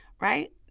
Right